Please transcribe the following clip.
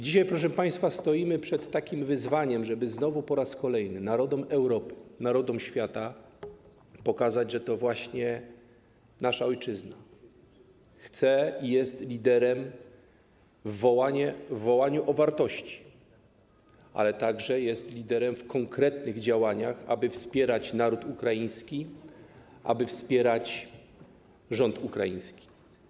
Dzisiaj, proszę państwa, stoimy przed takim wyzwaniem, żeby po raz kolejny narodom Europy, narodom świata pokazać, że to właśnie nasza ojczyzna chce i jest liderem w wołaniu o wartości, ale także jest liderem w konkretnych działaniach, aby wspierać naród ukraiński, aby wspierać rząd ukraiński.